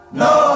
no